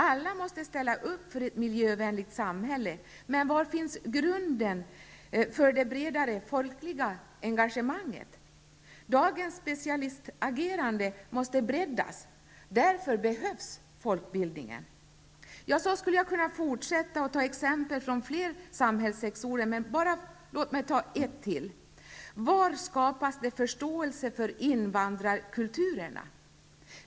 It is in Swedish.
Alla måste ställa upp för ett miljövänligt samhälle, men var finns grunden för det bredare folkliga engagemanget? Dagens specialistagerande måste breddas. Därför behövs folkbildningen. Så skulle jag kunna fortsätta och ta exempel från fler samhällssektorer. Låt mig få ta ytterligare ett exempel. Var skapas det förståelse för invandrarkulturerna?